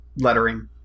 lettering